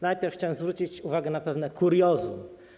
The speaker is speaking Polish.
Najpierw chciałbym zwrócić uwagę na pewne kuriozum.